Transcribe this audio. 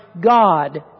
God